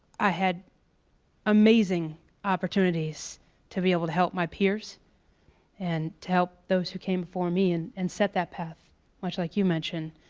i had amazing opportunities to be able to help my peers and to help those who came before me and and set that path much like you mentioned,